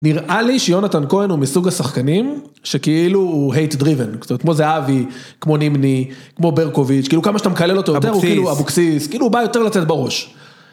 נראה לי שיונתן כהן הוא מסוג השחקנים שכאילו הוא הייט דריבן, כמו זהבי, כמו נימני, כמו ברקוביץ', כאילו כמה שאתה מקלל אותו יותר הוא כאילו אבוקסיס, כאילו הוא בא יותר לתת בראש.